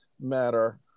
matter